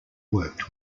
worked